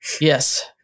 Yes